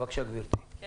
אני